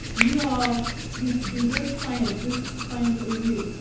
you all need to do this plan. this is the plan for you.